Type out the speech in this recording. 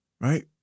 right